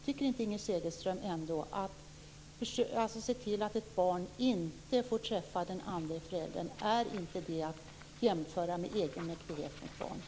Tycker inte Inger Segelström att ett agerande för att se till att ett barn inte får träffa den andre föräldern är att jämföra med egenmäktighet med barn?